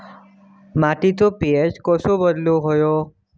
मातीचो पी.एच कसो बदलुक होयो?